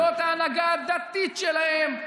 זאת ההנהגה הדתית שלהם,